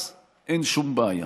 אז אין שום בעיה.